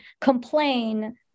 complain